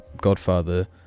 Godfather